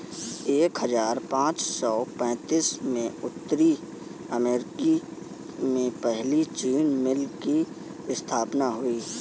एक हजार पाँच सौ पैतीस में उत्तरी अमेरिकी में पहली चीनी मिल की स्थापना हुई